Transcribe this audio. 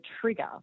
trigger